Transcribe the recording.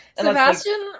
Sebastian